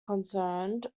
concerned